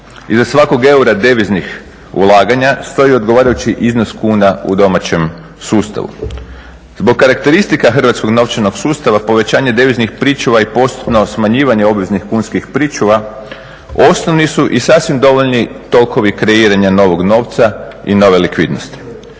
Iza svakog eura deviznih ulaganja stoji odgovarajući iznos kuna u domaćem sustavu. Zbog karakteristika hrvatskog novčanog sustava povećanje deviznih pričuva i postupno smanjivanje obveznih kunskih pričuva osnovni su i sasvim dovoljni tokovi kreiranja novog novca i nove likvidnosti.